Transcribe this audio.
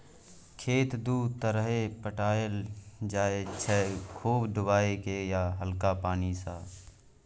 खेत दु तरहे पटाएल जाइ छै खुब डुबाए केँ या हल्का पानि सँ